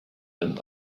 them